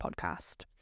podcast